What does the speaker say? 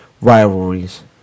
rivalries